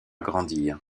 grandir